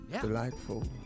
Delightful